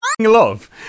Love